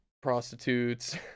prostitutes